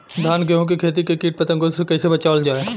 धान गेहूँक खेती के कीट पतंगों से कइसे बचावल जाए?